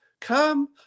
Come